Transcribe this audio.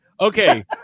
okay